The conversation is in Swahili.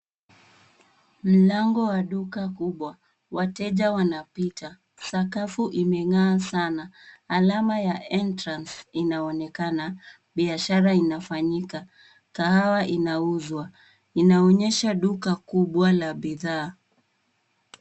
Mlango wa duka kubwa. Wateja wanapita, sakafu imeng'aa sana. Alama ya (cs)entrance(cs) inaonekana, biashara inafanyika. Kahawa inauzwa, inaonyesha duka kubwa la bidhaa.